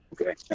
okay